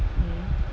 mm